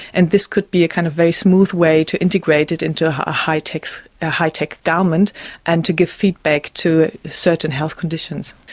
and this could be a kind of very smooth way to integrate it into ah high-tech so high-tech garment and to give feedback to certain health conditions.